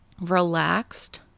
relaxed